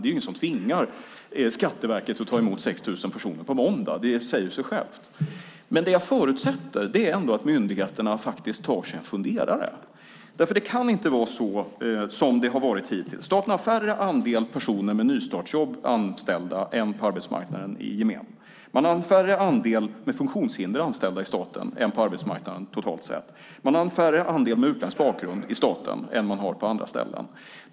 Det är ingen som tvingar Skatteverket att ta emot 6 000 personer på måndag; det säger sig självt. Men jag förutsätter att myndigheterna tar sig en funderare. Det kan inte fortsätta att vara så som det har varit hittills. Staten har mindre andel personer med nystartsjobb anställda än arbetsmarknaden i gemen. Man har mindre andel med funktionshinder anställda i staten än på arbetsmarknaden totalt sett. Man har mindre andel med utländsk bakgrund än man har på andra ställen.